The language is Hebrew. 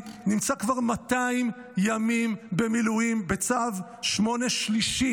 נמצא כבר 200 ימים במילואים בצו 8 שלישי.